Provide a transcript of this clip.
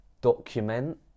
document